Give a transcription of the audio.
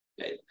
okay